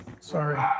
Sorry